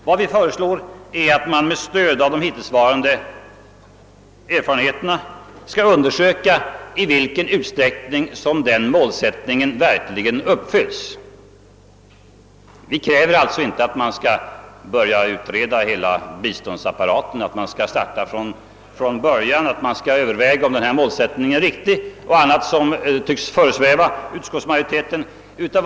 Vad vi föreslår är att man med stöd av hittillsvarande erfarenheter skall undersöka i vilken utsträckning den målsättningen verkligen uppfylls. Vi kräver alltså inte att man skall börja utreda hela biståndsapparaten, att man skall starta från början igen och att man skall överväga om målsättningen är riktig och annat som tycks föresväva utskottsmajoriteten.